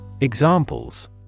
Examples